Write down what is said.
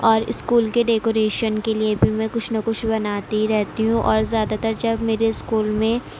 اور اسکول کے ڈیکوریشن کے لیے بھی میں کچھ نہ کچھ بناتی رہتی ہوں اور زیادہ تر جب میرے اسکول میں